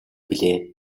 билээ